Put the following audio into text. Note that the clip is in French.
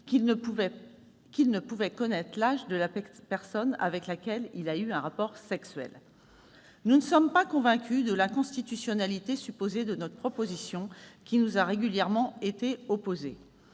qu'il ne pouvait connaître l'âge de la personne avec laquelle il a eu un rapport sexuel. Nous ne sommes pas convaincus de l'inconstitutionnalité supposée de notre proposition, qui nous a régulièrement été opposée.